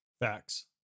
Facts